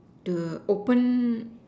the open